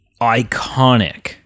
iconic